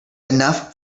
enough